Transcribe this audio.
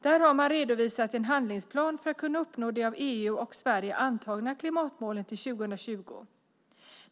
Där har man redovisat en handlingsplan för att kunna uppnå de av EU och Sverige antagna klimatmålen till 2020.